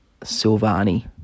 Silvani